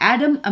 Adam